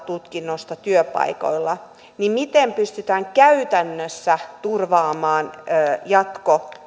tutkinnosta työpaikoilla niin se miten pystytään käytännössä turvaamaan jatko